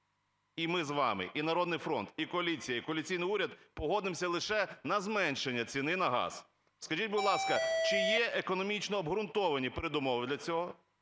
й ми з вами, і "Народний фронт", і коаліція, і коаліційний уряд погодимося лише на зменшення ціни на газ. Скажіть, будь ласка, чи є економічно обґрунтовані передумови для цього?